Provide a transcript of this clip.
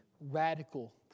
radical